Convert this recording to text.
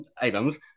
items